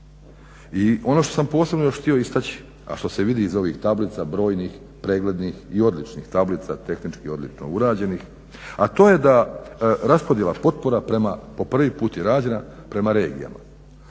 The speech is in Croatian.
I ono što sam posebno još htio istaći, a što se vidi iz ovih tablica brojnih, preglednih i odličnih tablica, tehnički odlično urađenih, a to je da raspodjela potpora prema, po prvi put je rađena prema regijama.